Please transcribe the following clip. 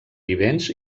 vivents